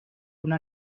una